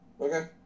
Okay